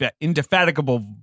indefatigable